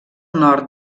nord